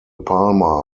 palma